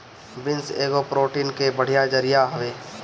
beans एगो protein के बढ़िया जरिया हवे